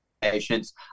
patients